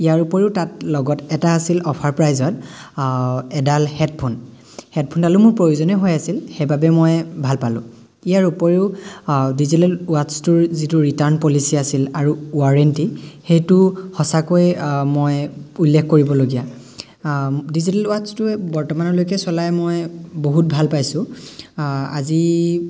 ইয়াৰ উপৰিও তাত লগত এটা আছিল অফাৰ প্ৰাইজত এডাল হেডফোন হেডফোনডালো মোৰ প্ৰয়োজনীয় হৈ আছিল সেইবাবে মই ভাল পালোঁ ইয়াৰ উপৰিও ডিজিটেল ৱাটচ্ছটোৰ যিটো ৰিটাৰ্ণ পলিচি আছিল আৰু ৱাৰেণ্টি সেইটো সঁচাকৈয়ে মই উল্লেখ কৰিবলগীয়া ডিজিটেল ৱাটচ্ছটোৱে বৰ্তমানলৈকে চলাই মই বহুত ভাল পাইছোঁ আজি